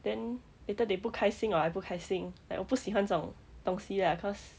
then later they 不开心 or I 不开心 like 我不喜欢这种东西 lah cause